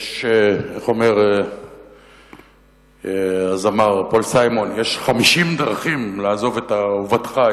איך אומר הזמר פול סיימון: יש 50 דרכים לעזוב את אהובתך.